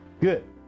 good